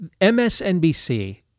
MSNBC